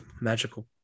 Magical